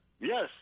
Yes